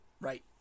Right